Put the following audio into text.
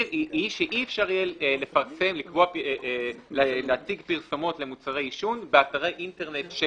שאי-אפשר יהיה להציג פרסומות למוצרי עישון באתרי אינטרנט של